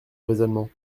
raisonnement